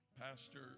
Pastor